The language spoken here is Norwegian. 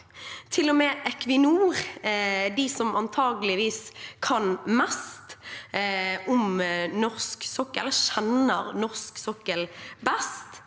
Til og med Equinor, som antakeligvis kan mest om norsk sokkel, og som kjenner norsk sokkel best,